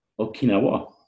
Okinawa